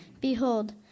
Behold